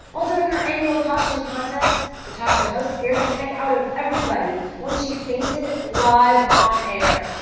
while doing her annual costume contest, the talk show host scared the heck out of everybody when she fainted live on air.